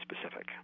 specific